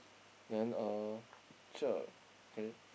then uh cher K